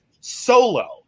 solo